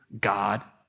god